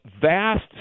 vast